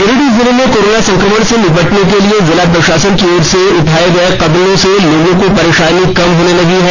गिरिडीह जिले में कोरोना संक्रमण से निपटने के लिए जिला प्रशासन की ओर से उठाये कदम से लोगों को परेशानी कम होने लगी है